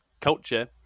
culture